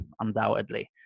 undoubtedly